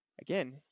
again